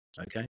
Okay